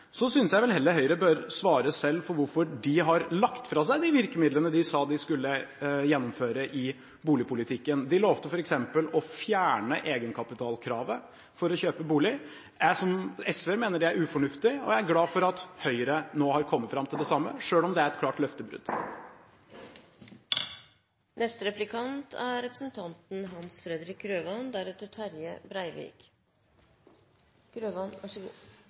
Så synes jeg vel heller Høyre bør svare selv for hvorfor de har lagt fra seg de virkemidlene de sa de skulle gjennomføre i boligpolitikken. De lovte f.eks. å fjerne egenkapitalkravet for å kjøpe bolig. Jeg som SV-er mener det er ufornuftig, og jeg er glad for at Høyre nå har kommet fram til det samme, selv om det er et klart løftebrudd.